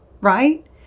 right